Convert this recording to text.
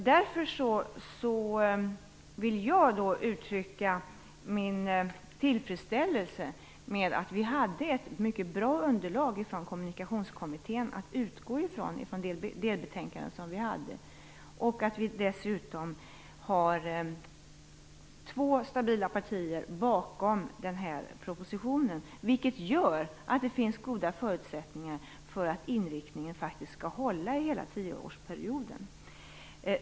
Därför vill jag uttrycka min tillfredsställelse över att vi hade ett mycket bra underlag från Kommunikationskommittén - dess delbetänkande - att utgå från och att två stabila partier står bakom propositionen. Det gör att det finns goda förutsättningar för att inriktningen skall hålla under hela tioårsperioden.